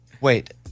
Wait